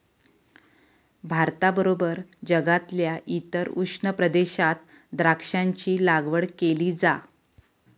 भारताबरोबर जगातल्या इतर उष्ण प्रदेशात द्राक्षांची लागवड केली जा